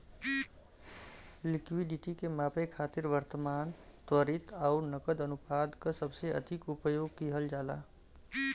liquidity के मापे खातिर वर्तमान, त्वरित आउर नकद अनुपात क सबसे अधिक उपयोग किहल जाला